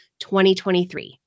2023